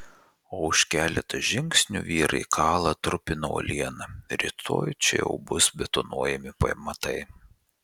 o už keleto žingsnių vyrai kala trupina uolieną rytoj čia jau bus betonuojami pamatai